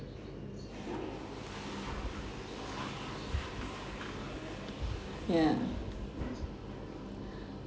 yeah